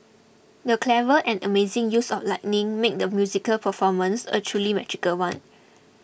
the clever and amazing use of lighting made the musical performance a truly magical one